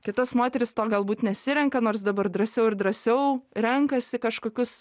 kitos moterys to galbūt nesirenka nors dabar drąsiau ir drąsiau renkasi kažkokius